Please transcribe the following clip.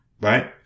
right